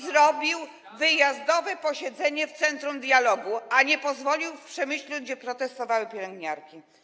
Zrobił wyjazdowe posiedzenie w centrum dialogu, a nie pozwolił w Przemyślu, gdzie protestowały pielęgniarki.